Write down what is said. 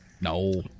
No